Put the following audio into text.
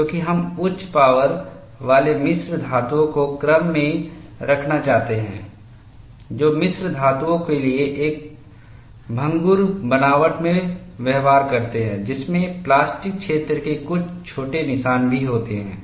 क्योंकि हम उच्च पावर वाले मिश्र धातुओं को क्रम में रखना चाहते हैं जो मिश्र धातुओं के लिए एक भंगुर बनावट में व्यवहार करते हैं जिसमें प्लास्टिक क्षेत्र के कुछ छोटे निशान भी होते हैं